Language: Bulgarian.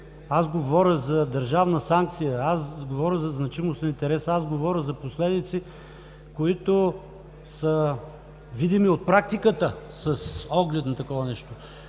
Говоря за държавна санкция, говоря за значимост на интереса, говоря за последици, които са видими от практиката, с оглед на такова нещо.